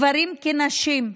גברים כנשים,